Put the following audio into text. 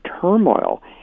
turmoil